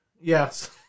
Yes